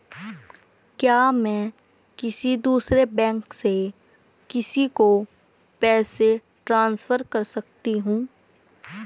क्या मैं किसी दूसरे बैंक से किसी को पैसे ट्रांसफर कर सकती हूँ?